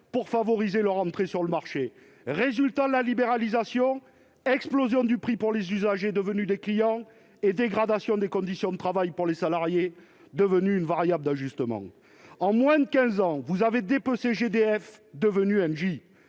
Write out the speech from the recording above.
pour favoriser leur entrée sur le marché. Les résultats de la libéralisation sont les suivants : explosion du prix pour les usagers, devenus des clients, et dégradation des conditions de travail pour les salariés, devenus une variable d'ajustement. En moins de quinze ans, vous avez dépecé GDF, qui